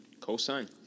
co-sign